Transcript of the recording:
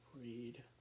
read